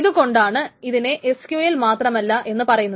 ഇതുകൊണ്ടാണ് ഇതിനെ SQL മാത്രമല്ല എന്നു പറയുന്നത്